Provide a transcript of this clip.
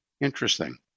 Interesting